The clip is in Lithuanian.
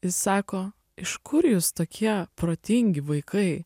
jis sako iš kur jūs tokie protingi vaikai